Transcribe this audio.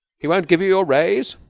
he won't give you your raise?